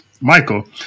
Michael